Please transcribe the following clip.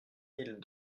mille